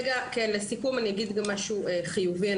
לסיכום אני אגיד גם משהו חיובי.